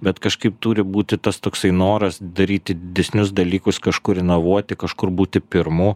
bet kažkaip turi būti tas toksai noras daryti didesnius dalykus kažkur inovuoti kažkur būti pirmu